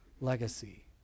legacy